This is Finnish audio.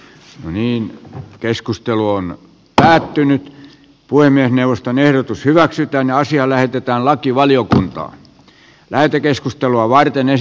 hyviin keskustelu on päättynyt puhemiesneuvoston ehdotus hyväksytään asia lähetetään lakivaliokuntaan työrikoksia koskevan lakialoitteeni rangaistusasteikkoa